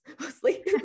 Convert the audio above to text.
mostly